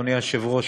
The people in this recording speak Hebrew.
אדוני היושב-ראש,